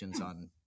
on